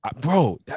Bro